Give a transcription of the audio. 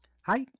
Hi